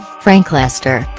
frank lester,